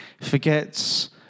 forgets